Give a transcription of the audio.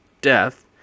death